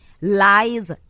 lies